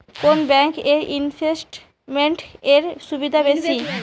কোন ব্যাংক এ ইনভেস্টমেন্ট এর সুবিধা বেশি?